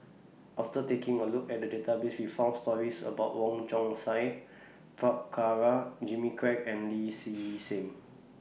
after taking A Look At The Database We found stories about Wong Chong Sai Prabhakara Jimmy Quek and Lee See Seng